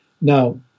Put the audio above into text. Now